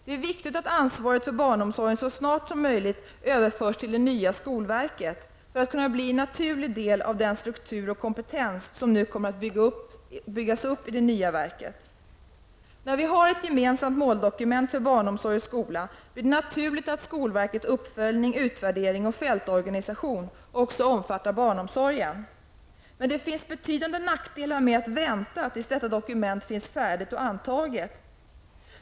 Det är viktigt att ansvaret för barnomsorgen så snart som möjligt överförs till det nya skolverket för att kunna bli en naturlig del av den struktur och kompetens som nu kommer att byggas upp i det nya verket. När vi har ett gemensamt måldokument för barnomsorgen och skolan blir det naturligt att skolverkets uppföljning, utvärdering och fältorganisation även omfattar barnomsorgen. Men det finns betydande nackdelar med att vänta tills detta dokument finns färdigt och antaget.